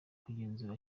kugenzura